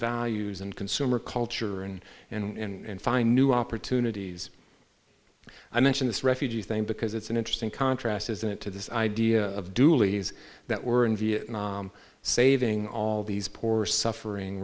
values and consumer culture and and find new opportunities i mention this refugee thing because it's an interesting contrast isn't it to this idea of dooley's that were in vietnam saving all these poor suffering